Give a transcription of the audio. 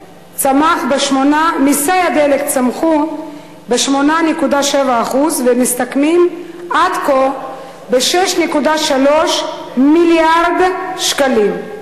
מסי הדלק צמחו ב-8.7% והם מסתכמים עד כה ב-6.3 מיליארד שקלים.